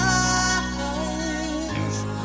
eyes